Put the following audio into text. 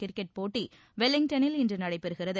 cricket போட்டி வெலிங்டனில் இன்று நடைபெறுகிறது